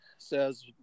says